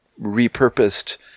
repurposed